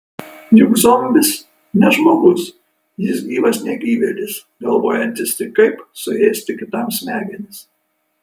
juk zombis ne žmogus jis gyvas negyvėlis galvojantis tik kaip suėsti kitam smegenis